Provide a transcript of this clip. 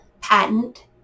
patent